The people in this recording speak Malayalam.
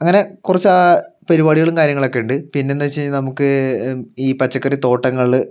അങ്ങനെ കുറച്ച് പരിപാടികളും കാര്യങ്ങളൊക്കെയുണ്ട് പിന്നെ എന്താ വച്ച് കഴിഞ്ഞാൽ നമുക്ക് ഈ പച്ചക്കറിത്തോട്ടങ്ങൾ